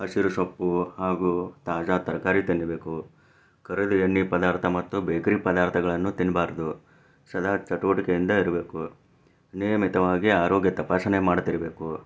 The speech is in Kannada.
ಹಸಿರು ಸೊಪ್ಪು ಹಾಗೂ ತಾಜಾ ತರಕಾರಿ ತಿನ್ನಬೇಕು ಕರಿದ ಎಣ್ಣೆ ಪದಾರ್ಥ ಮತ್ತು ಬೇಕ್ರಿ ಪದಾರ್ಥಗಳನ್ನು ತಿನ್ನಬಾರ್ದು ಸದಾ ಚಟುವಟಿಕೆಯಿಂದ ಇರಬೇಕು ನಿಯಮಿತವಾಗಿ ಆರೋಗ್ಯ ತಪಾಸಣೆ ಮಾಡ್ತಿರ್ಬೇಕು